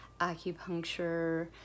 acupuncture